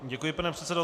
Děkuji, pane předsedo.